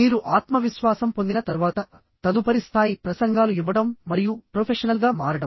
మీరు ఆత్మవిశ్వాసం పొందిన తర్వాతతదుపరి స్థాయి ప్రసంగాలు ఇవ్వడం మరియు ప్రొఫెషనల్గా మారడం